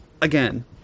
Again